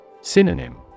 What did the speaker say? Synonym